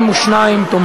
(תיקון,